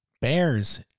Bears